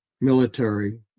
military